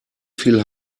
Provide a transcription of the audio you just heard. viel